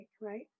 right